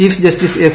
chief justice S